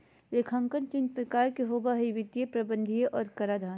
लेखांकन तीन प्रकार के होबो हइ वित्तीय, प्रबंधकीय और कराधान